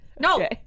No